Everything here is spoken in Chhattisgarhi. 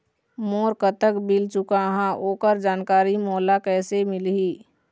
मोर कतक बिल चुकाहां ओकर जानकारी मोला कैसे मिलही?